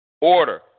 Order